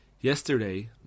Yesterday